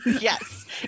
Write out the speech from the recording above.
Yes